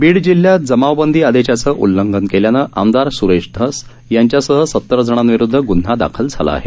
बीड जिल्ह्यात जमावबंदी आदेशाचं उल्लंघन केल्यानं आमदार स्रेश धस यांच्यासह सतर जणांविरुद्ध गुन्हा दाखल झाला आहे